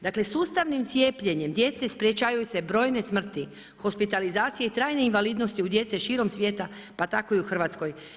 Dakle sustavnim cijepljenjem djece sprječavaju se brojne smrti, hospitalizacije i trajne invalidnosti u djece širom svijeta pa tako i u Hrvatskoj.